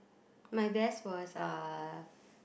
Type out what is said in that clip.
my best was uh